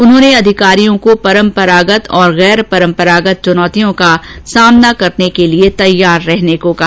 उन्होंने अधिकारियों को परम्परागत और गैर परम्परागत चुनौतियों का सामना करने के लिए तैयार रहने को कहा